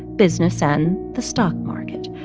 business and the stock market.